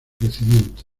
crecimiento